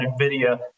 NVIDIA